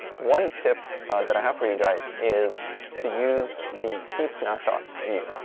one tip that i have for you guys is to use the heaps snapshots view.